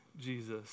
Jesus